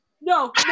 No